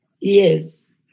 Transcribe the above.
Yes